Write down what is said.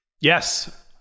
yes